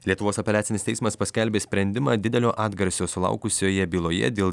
lietuvos apeliacinis teismas paskelbė sprendimą didelio atgarsio sulaukusioje byloje dėl